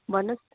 भन्नुहोस्